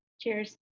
Cheers